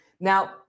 Now